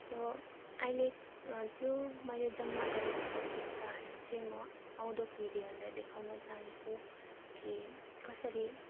so अहिले त्यो मैले जमा गरेको त्यो सिक्काहरू चाहिँ म आउँदो पिँढीहरूलाई देखाउन चाहन्छु कि कसरी